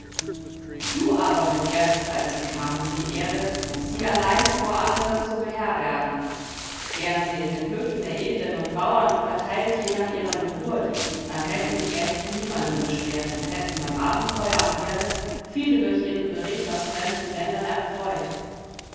du aber begehrtest als sie kamen die ehre sie allein vor anderen zu beherbergen wären sie in den höfen der edlen und bauern verteilt je nach ihrer geburt dann hätten die gäste niemanden beschwert und hätten beim abendfeuer am herde viele durch ihren bericht aus fremden ländern erfreut